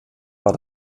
war